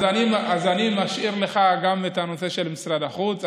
אז אני משאיר לך גם את הנושא של משרד החוץ.